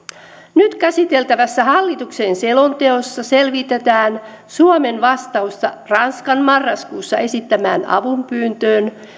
nyt käsiteltävässä hallituksen selonteossa selvitetään suomen vastausta ranskan marraskuussa esittämään avunpyyntöön